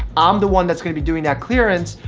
i'm the one that's gonna be doing that clearance,